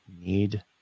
need